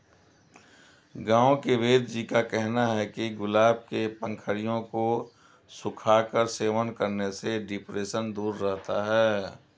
गांव के वेदजी का कहना है कि गुलाब के पंखुड़ियों को सुखाकर सेवन करने से डिप्रेशन दूर रहता है